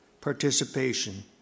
participation